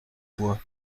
bois